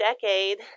decade